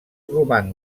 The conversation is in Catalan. roman